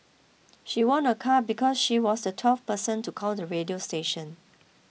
she won a car because she was the twelfth person to call the radio station